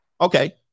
Okay